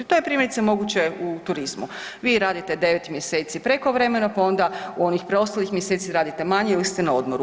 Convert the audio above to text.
To je primjerice, moguće u turizmu. vi radite 9 mjeseci prekovremeno pa onda u onih preostalih mjeseci radite manje ili se na odmoru.